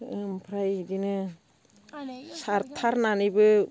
ओमफ्राय बिदिनो सारथारनानैबो